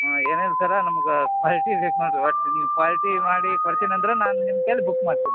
ಹಾಂ ಏನು ಇಲ್ಲ ಸರ ನಮ್ಗೆ ಕ್ವಾಲ್ಟಿ ರೇಟ್ ನೊಡ್ರಿ ಒಟ್ಟ್ ನೀವು ಕ್ವಾಲ್ಟಿ ಮಾಡಿ ಕೊಡ್ತಿನಂದರ ನಾನು ನಿಮ್ಮ ಕೈಲಿ ಬುಕ್ ಮಾಡ್ತೀನಿ